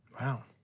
Wow